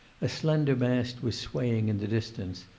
a slender mast was swaying in the distance,